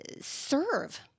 serve